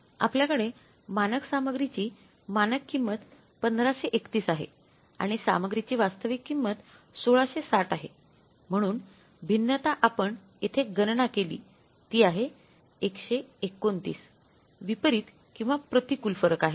आपल्याकडे मानक सामग्रीची मानक किंमत 1531 आहे आणि सामग्रीची वास्तविक किंमत 1660 आहे म्हणून भिन्नता आपण येथे गणना केली ती आहे 129 विपरीत किंवा प्रतिकूल फरक आहे